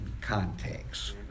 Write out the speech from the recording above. context